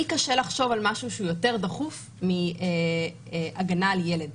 לי קשה לחשוב על משהו שהוא יותר דחוף מהגנה על ילד.